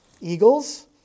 Eagles